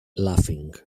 laughing